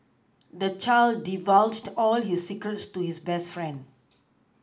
the child divulged all his secrets to his best friend